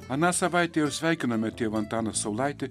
aną savaitę jau sveikinome tėvų antaną saulaitį